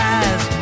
eyes